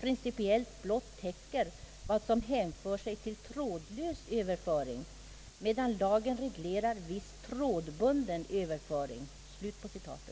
principiellt blott täcker vad som hänför sig till trådlös överföring, medan lagen även reglerar viss trådbunden över föring.